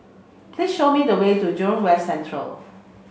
please show me the way to Jurong West Central